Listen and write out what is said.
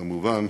כמובן,